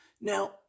Now